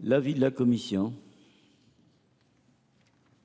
l’avis de la commission